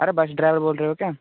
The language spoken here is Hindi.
अरे बस ड्राइवर बोल रहे हो क्या